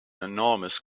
enormous